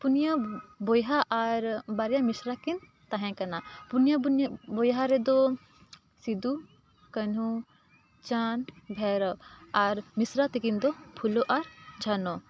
ᱯᱩᱱᱭᱟ ᱵᱚᱭᱦᱟ ᱟᱨ ᱵᱟᱨᱭᱟ ᱢᱤᱥᱨᱟ ᱠᱤᱱ ᱛᱟᱦᱮᱸ ᱠᱟᱱᱟ ᱯᱩᱱᱭᱟ ᱯᱩᱱᱭᱟ ᱵᱚᱭᱦᱟ ᱨᱮᱫᱚ ᱥᱤᱫᱩ ᱠᱟᱹᱱᱦᱩ ᱪᱟᱸᱫᱽ ᱵᱷᱟᱭᱨᱳ ᱟᱨ ᱢᱤᱥᱨᱟ ᱛᱮᱠᱤᱱ ᱫᱚ ᱯᱷᱩᱞᱳ ᱟᱨ ᱡᱷᱟᱱᱚ